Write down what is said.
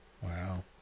Wow